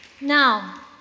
Now